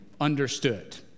understood